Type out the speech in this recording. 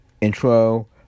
intro